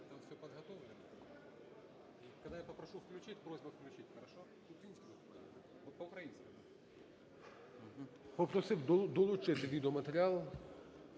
Попросив долучити відеоматеріали.